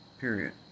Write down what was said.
Period